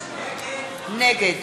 נגד